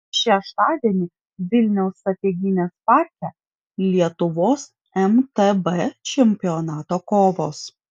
šeštadienį vilniaus sapieginės parke lietuvos mtb čempionato kovos